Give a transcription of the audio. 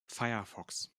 firefox